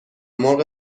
مرغ